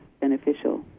beneficial